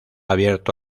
abierto